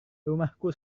rumahku